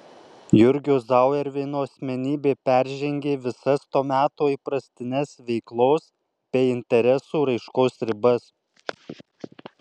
jurgio zauerveino asmenybė peržengė visas to meto įprastines veiklos bei interesų raiškos ribas